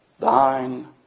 thine